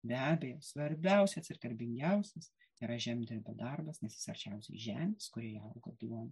be abejo svarbiausias ir garbingiausias yra žemdirbio darbas nes jis arčiausiai žemės kurioje auga duona